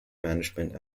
management